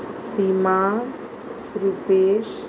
Seema Rupesh